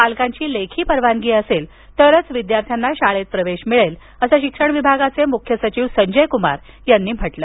पालकांची लेखी परवानगी असेल तरच विद्यार्थ्यांना शाळेत प्रवेश मिळेल असं शिक्षण विभागाचे मुख्य सचिव संजय कुमार यांनी सांगितलं